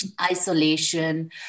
isolation